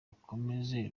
ukomeze